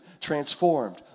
transformed